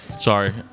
Sorry